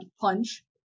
punch